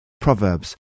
Proverbs